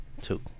Two